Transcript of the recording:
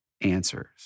answers